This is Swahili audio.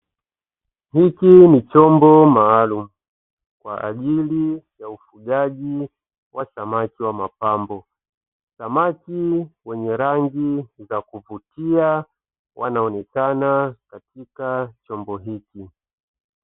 Hiki ni chombo maalumu kwa ajili ya ufugaji wa samaki wa mapambo. Samaki wenye rangi za kuvutia wanaonekana katika chombo hiki.